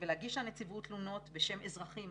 ולהגיש לנציבות תלונות בשם אזרחים